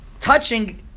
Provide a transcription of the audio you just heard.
touching